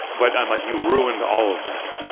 but i'm like you ruined all of that.